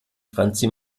franzi